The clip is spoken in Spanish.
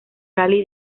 rally